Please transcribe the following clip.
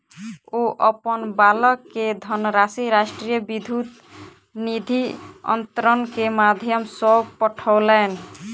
ओ अपन बालक के धनराशि राष्ट्रीय विद्युत निधि अन्तरण के माध्यम सॅ पठौलैन